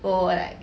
go like